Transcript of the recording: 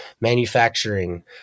manufacturing